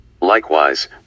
Likewise